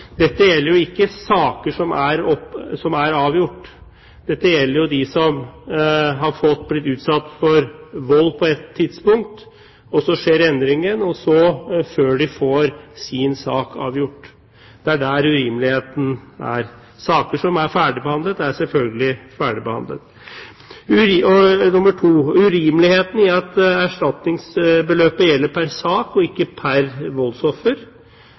Dette gjelder ikke saker som er avgjort. Dette gjelder for dem som har blitt utsatt for vold på ett tidspunkt, så skjer endringen før de får sin sak avgjort. Det er der urimeligheten er. Saker som er ferdigbehandlet, er selvfølgelig ferdigbehandlet. Det andre er urimeligheten i at erstatningsbeløpet gjelder pr. sak og ikke pr. voldsoffer.